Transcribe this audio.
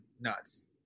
nuts